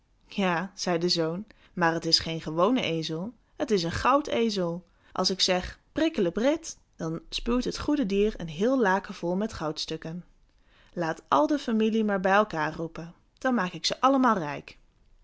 ja zei de zoon maar het is geen gewone ezel het is een goudezel als ik zeg brikklebrit dan spuwt het goede dier een heel laken vol met goudstukken laat al de familie maar bij elkaar roepen dan maak ik ze allemaal rijk